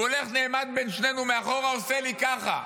הוא הולך, נעמד בין שנינו מאחור, עושה לי ככה,